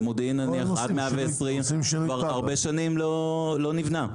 במודיעין, נניח, עד 120 כבר הרבה שנים לא נבנה.